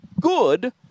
good